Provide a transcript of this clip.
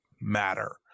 matter